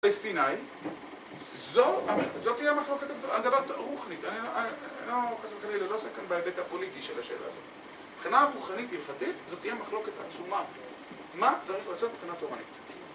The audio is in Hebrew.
אסתיני, זאת תהיה מחלוקת אגב רוחנית, אני לא עושה כאן בעיית הפוליטי של השאלה הזאת מבחינה רוחנית הלכתית, זאת תהיה מחלוקת עצומה מה צריך לעשות מבחינת רוחנית